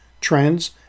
trends